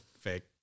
Fake